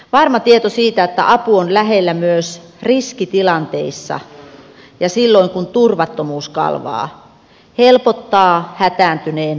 varma tieto siitä että apu on lähellä myös riskitilanteissa ja silloin kun turvattomuus kalvaa helpottaa hätääntyneen vanhuksen elämää